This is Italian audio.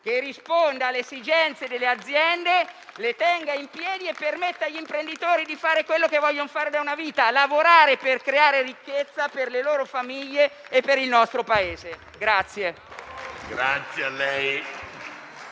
che risponda alle esigenze delle aziende, le tenga in piedi e permetta agli imprenditori di fare quello che vogliono fare da una vita: lavorare per creare ricchezza per le loro famiglie e il nostro Paese.